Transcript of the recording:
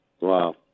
Wow